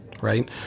right